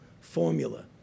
formula